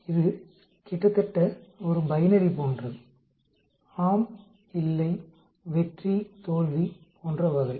இது கிட்டத்தட்ட ஒரு பைனரி போன்றது ஆம் இல்லை வெற்றி தோல்வி போன்ற வகை